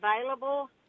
available